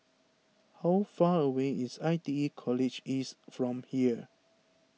how far away is I T E College East from here